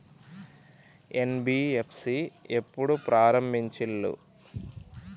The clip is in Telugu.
ఎన్.బి.ఎఫ్.సి ఎప్పుడు ప్రారంభించిల్లు?